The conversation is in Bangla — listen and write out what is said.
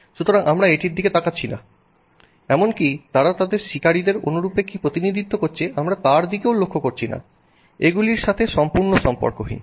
সুতরাং আমরা এটির দিকে তাকাচ্ছি না এমনকি তারা তাদের শিকারিদের অনুরূপে কি প্রতিনিধিত্ব করছে আমরা তার দিকেও লক্ষ্য করছি না এগুলির সাথে সম্পূর্ণ সম্পর্কহীন